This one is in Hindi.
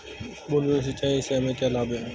बूंद बूंद सिंचाई से हमें क्या लाभ है?